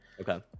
Okay